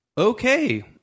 Okay